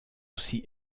aussi